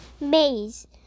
Maze